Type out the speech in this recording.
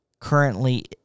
currently